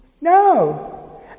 no